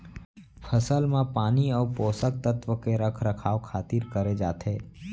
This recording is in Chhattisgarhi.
फसल म पानी अउ पोसक तत्व के रख रखाव खातिर करे जाथे